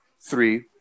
three